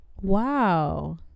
Wow